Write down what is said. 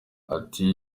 ati